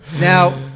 now